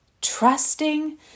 Trusting